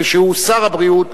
שהוא שר הבריאות,